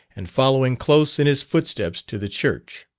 and following close in his footsteps to the church.